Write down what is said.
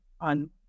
on